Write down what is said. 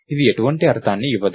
ఇది ఎటువంటి అర్థాన్ని ఇవ్వదు